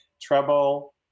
treble